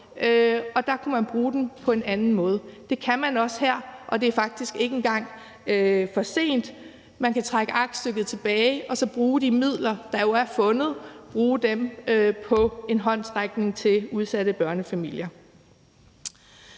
og der kunne man bruge dem på en anden måde. Det kan man også her, og det er faktisk ikke engang for sent. Man kan trække aktstykket tilbage og så bruge de midler, der jo er fundet, på en håndsrækning til udsatte børnefamilier.